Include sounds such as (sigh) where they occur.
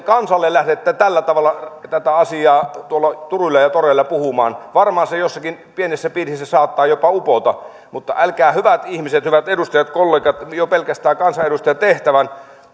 (unintelligible) kansalle lähdette tällä tavalla tätä asiaa tuolla turuilla ja toreilla puhumaan varmaan se jossakin pienessä piirissä saattaa jopa upota mutta älkää hyvät ihmiset hyvät edustajat kollegat jo pelkästään kansanedustajan tehtävän